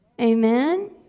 Amen